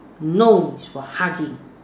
no it's for hugging